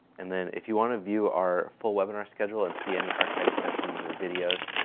and then if you want to view our full webinar schedule and see any archived sessions or videos,